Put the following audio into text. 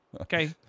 Okay